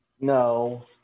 No